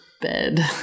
Bed